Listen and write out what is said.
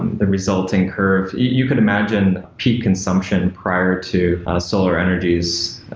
the resulting curve. you can imagine peak consumption prior to ah solar energies,